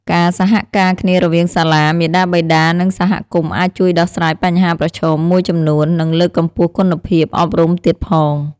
ការសហការគ្នារវាងសាលា មាតាបិតា និងសហគមន៍អាចជួយដោះស្រាយបញ្ហាប្រឈមមួយចំនួន និងលើកកម្ពស់គុណភាពអប់រំទៀតផង។